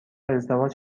ازدواج